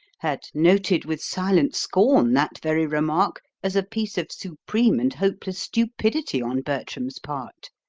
had noted with silent scorn that very remark as a piece of supreme and hopeless stupidity on bertram's part.